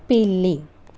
పిల్లి